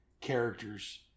characters